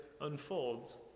unfolds